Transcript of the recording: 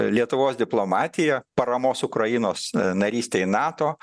lietuvos diplomatija paramos ukrainos narystei nato